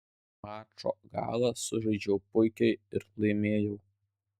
mačo galą sužaidžiau puikiai ir laimėjau